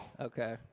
Okay